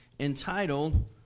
Entitled